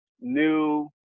new